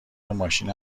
ماشین